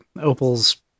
opals